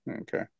Okay